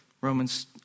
Romans